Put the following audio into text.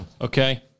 Okay